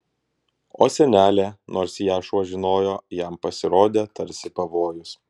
o senelė nors ją šuo žinojo jam pasirodė tarsi pavojus